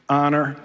honor